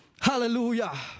Hallelujah